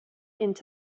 into